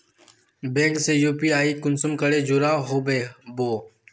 Bank से UPI कुंसम करे जुड़ो होबे बो?